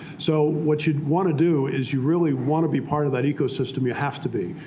so what you want to do is you really want to be part of that ecosystem. you have to be.